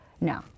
No